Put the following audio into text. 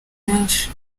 benshi